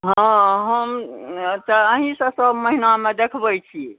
हँ हम तऽ अहीँसँ सब महीनामे देखबै छी